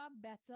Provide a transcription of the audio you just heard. better